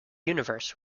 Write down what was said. universe